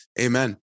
Amen